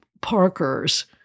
Parker's